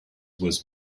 was